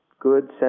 good